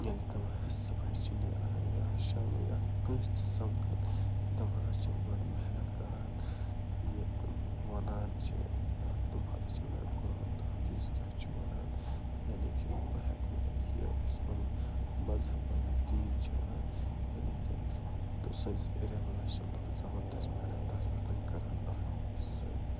ییٚلہِ تِم صُبحٲیی چھِ نیران یا شامَن یا کٲنٛسہِ تہِ سَمکھان تِمَن حظ چھِ بٔڑ محنت کران یہِ تِم وَنان چھِ یا تِم ہسا چھِ وَنان قُران تہٕ حدیٖث کیٛاہ چھِ وَنان یعنی کہِ بہٕ ہٮ۪کہٕ ؤنِتھ یہِ اَسہِ پَنُن مذہب پَنُن دیٖن چھِ وَنان یعنی کہ تہٕ سٲنِس ایریاہَس منٛز آسہِ سُہ لُکہٕ زبردَس محنت تَتھ پٮ۪ٹھ کران اکھ أکِس سۭتۍ